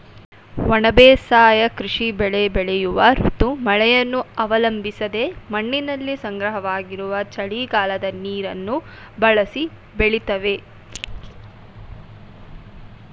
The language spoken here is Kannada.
ಒಣ ಬೇಸಾಯ ಕೃಷಿ ಬೆಳೆ ಬೆಳೆಯುವ ಋತು ಮಳೆಯನ್ನು ಅವಲಂಬಿಸದೆ ಮಣ್ಣಿನಲ್ಲಿ ಸಂಗ್ರಹವಾಗಿರುವ ಚಳಿಗಾಲದ ನೀರನ್ನು ಬಳಸಿ ಬೆಳಿತವೆ